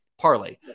Parlay